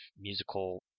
musical